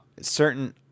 certain